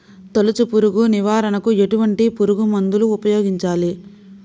తొలుచు పురుగు నివారణకు ఎటువంటి పురుగుమందులు ఉపయోగించాలి?